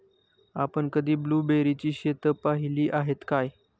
आपण कधी ब्लुबेरीची शेतं पाहीली आहेत काय?